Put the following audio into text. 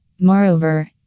Moreover